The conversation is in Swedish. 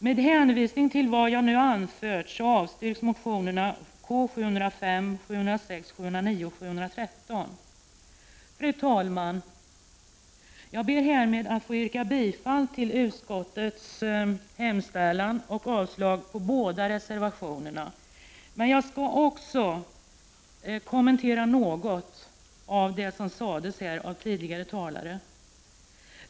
Med hänvisning till vad jag nu anfört avstyrks motionerna K705, K706, K709 och K713. Fru talman! Jag ber härmed att få yrka bifall till utskottets hemställan och avslag på båda reservationerna. Men jag skall också kommentera något av det som sades här av tidigare talare.